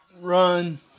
run